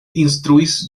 instruis